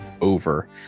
over